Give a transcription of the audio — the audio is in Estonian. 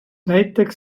näiteks